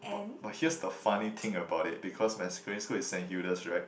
but but here's the funny thing about it because my secondary school is Saint Hilda's right